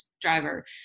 driver